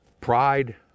Pride